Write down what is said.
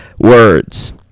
words